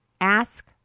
ask